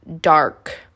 dark